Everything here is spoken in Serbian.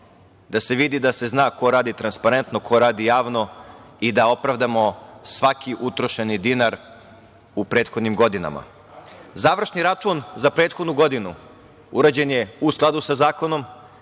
da se vidi, da se zna ko radi transparentno, ko radi javno i da opravdamo svaki utrošeni dinar u prethodnim godinama. Završni račun za prethodnu godinu urađen je u skladu sa Zakonom.